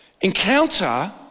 encounter